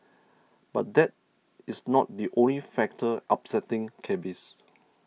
but that is not the only factor upsetting cabbies